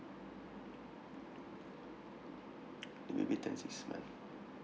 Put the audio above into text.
the baby turn six month